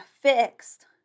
fixed